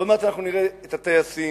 עוד מעט נראה את הטייסים,